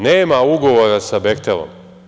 Nema ugovora sa „Behtelom“